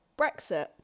Brexit